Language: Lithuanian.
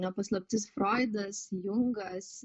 ne paslaptis froidas jungas